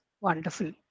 Wonderful